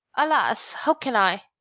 alas! how can i?